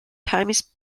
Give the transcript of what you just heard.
times